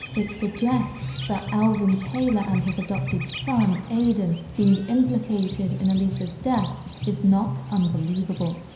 it suggests that alvin taylor and his adopted son, aiden, being implicated in elisa's death is not unbelievable.